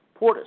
Portis